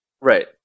Right